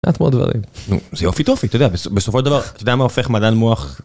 קצת מאוד דברים. זה יופי טופי, אתה יודע, בסופו של דבר אתה יודע מה הופך מדען למוח.